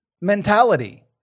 mentality